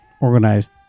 organized